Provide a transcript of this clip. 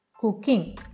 cooking